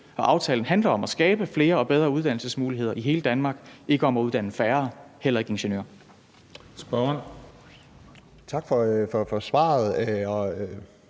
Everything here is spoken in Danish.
aftalen handler om at skabe flere og bedre uddannelsesmuligheder i hele Danmark, ikke om at uddanne færre, heller ikke ingeniører.